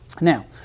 Now